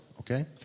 okay